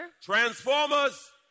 Transformers